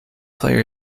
player